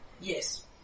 Yes